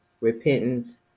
repentance